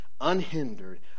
unhindered